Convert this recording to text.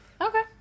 okay